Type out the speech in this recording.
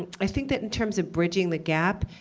i think that in terms of bridging the gap,